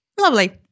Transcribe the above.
Lovely